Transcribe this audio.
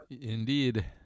Indeed